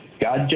God